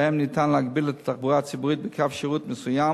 שבהם אפשר להגביל את התחבורה הציבורית בקו שירות מסוים